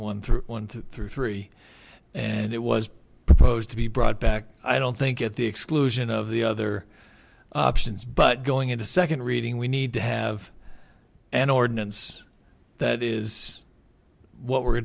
one through one through three and it was proposed to be brought back i don't think at the exclusion of the other options but going into second reading we need to have an ordinance that is what we're